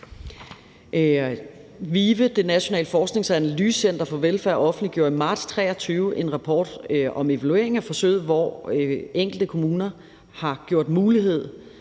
VIVE, Det Nationale Forsknings- og Analysecenter for Velfærd, offentliggjorde i marts 2023 en rapport om evaluering af forsøget, hvor enkelte kommuner har gjort brug